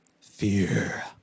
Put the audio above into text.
Fear